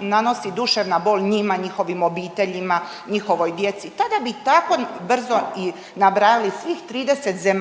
nanosi duševna bol njima i njihovim obiteljima i njihovoj djeci. Tada bi tako brzo i nabrajali svih 30 zemalja